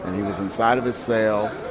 he was inside of his cell,